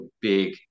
big